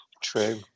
True